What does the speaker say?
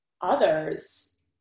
others